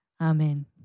Amen